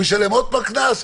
הוא ישלם עוד פעם קנס,